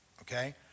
Okay